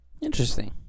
Interesting